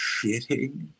shitting